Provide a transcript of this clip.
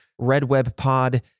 redwebpod